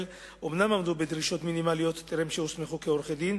אומנם עמדו בדרישות מינימליות בטרם הוסמכו כעורכי-דין,